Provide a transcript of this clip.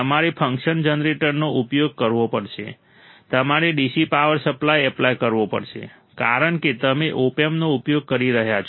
તમારે ફંક્શન જનરેટરનો ઉપયોગ કરવો પડશે તમારે DC પાવર સપ્લાય એપ્લાય કરવો પડશે કારણ કે તમે ઓપ એમ્પનો ઉપયોગ કરી રહ્યાં છો